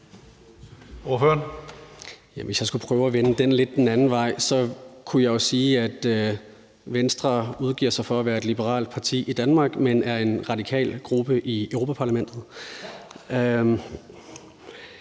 Hvis jeg skulle prøve at vende den lidt den anden vej, kunne jeg jo sige, at Venstre udgiver sig for at være et liberalt parti i Danmark, men er i en radikal gruppe i Europa-Parlamentet.